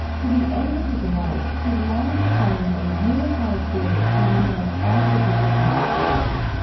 to the end of his life, he longed to find a unified theory to unite all the disciplines of physics,